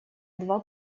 два